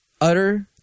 utter